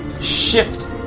shift